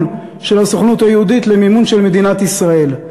של הסוכנות היהודית למימון של מדינת ישראל.